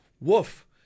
woof